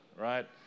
right